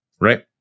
right